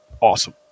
awesome